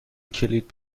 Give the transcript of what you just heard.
کلید